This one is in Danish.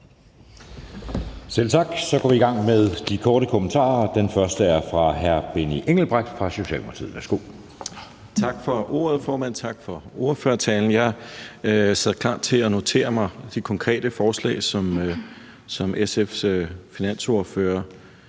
Selv tak. Så går vi i gang med de korte bemærkninger, og den første er fra hr. Benny Engelbrecht fra Socialdemokratiet. Værsgo. Kl. 13:08 Benny Engelbrecht (S): Tak for ordet, formand. Tak for ordførertalen. Jeg sad klar til at notere de konkrete forslag ned, som SF's finansordfører